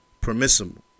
permissible